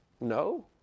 No